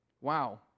wow